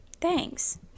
Thanks